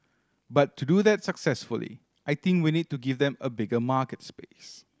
but to do that successfully I think we need to give them a bigger market space